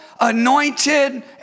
anointed